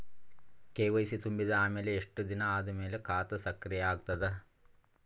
KYC ತುಂಬಿದ ಅಮೆಲ ಎಷ್ಟ ದಿನ ಆದ ಮೇಲ ಖಾತಾ ಸಕ್ರಿಯ ಅಗತದ?